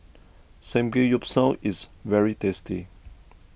Samgeyopsal is very tasty